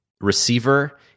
receiver